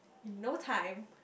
in no time